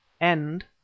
End